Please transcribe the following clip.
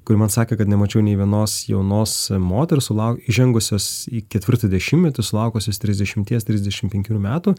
kuri man sakė kad nemačiau nė vienos jaunos moters sulaukė įžengusios į ketvirtą dešimtmetį sulaukusios trisdešimties trisdešimt penkerių metų